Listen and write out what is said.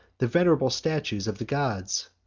the venerable statues of the gods,